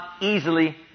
easily